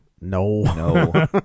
No